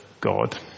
God